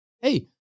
Hey